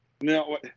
No